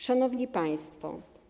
Szanowni Państwo!